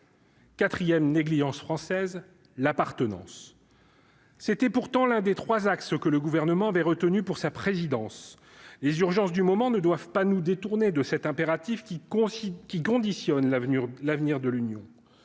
4ème négligence française l'appartenance, c'était pourtant l'un des 3 axes que le gouvernement avait retenu pour sa présidence les urgences du moment ne doivent pas nous détourner de cet impératif qui consiste qui conditionnent